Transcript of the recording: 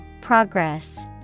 Progress